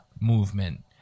movement